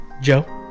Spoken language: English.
Joe